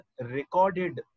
recorded